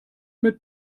mit